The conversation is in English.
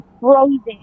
frozen